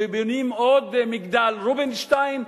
ובונים עוד מגדל רובינשטיין,